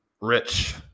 rich